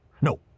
No